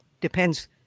Depends